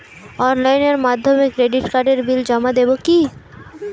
অনলাইনের মাধ্যমে ক্রেডিট কার্ডের বিল জমা দেবো কি?